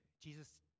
Jesus